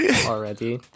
already